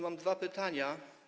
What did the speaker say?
Mam dwa pytania.